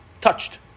touched